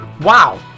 Wow